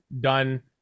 done